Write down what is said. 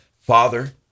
Father